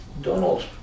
Donald